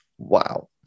Wow